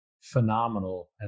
phenomenal